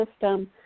system